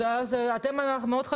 שוב,